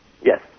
Yes